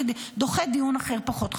דוחה דיון אחר פחות חשוב,